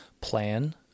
plan